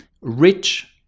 rich